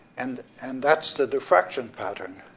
and and that's the diffraction pattern.